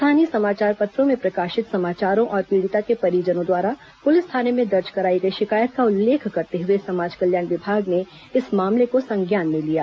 स्थानीय समाचार पत्रों में प्रकाशित समाचारों और पीड़िता के परिजनों द्वारा पुलिस थाने में दर्ज कराई गई शिकायत का उल्लेख करते हुए समाज कल्याण विभाग ने इस मामले को संज्ञान में लिया